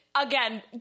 Again